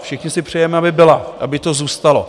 Všichni si přejeme, aby byla, aby to zůstalo.